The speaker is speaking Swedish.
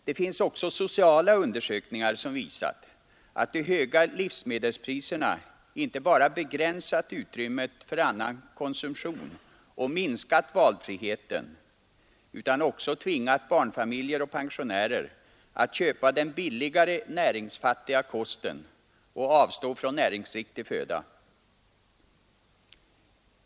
Det finns också sociala undersökningar som visat att de höga livsmedelspriserna inte bara begränsat utrymmet för annan konsumtion och minskat valfriheten, utan också tvingat barnfamiljer och pensionärer att köpa den billigare, näringsfattiga kosten och avstå från näringsriktigare föda.